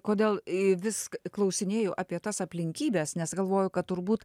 kodėl į visk klausinėju apie tas aplinkybes nes galvoju kad turbūt